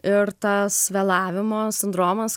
ir tas vėlavimo sindromas